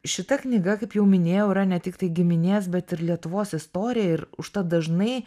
šita knyga kaip jau minėjau yra ne tiktai giminės bet ir lietuvos istorija ir užtat dažnai